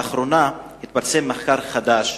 לאחרונה התפרסם מחקר חדש